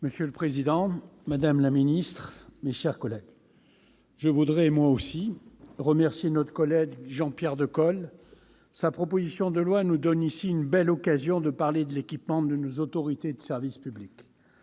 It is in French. Monsieur le président, madame la ministre, mes chers collègues, je tiens à remercier notre collègue Jean-Pierre Decool, dont la proposition de loi nous donne ici une belle occasion de parler de l'équipement de nos autorités de sécurité publique.